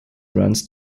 runs